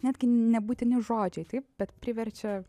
netgi nebūtini žodžiai taip bet priverčia